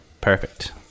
Perfect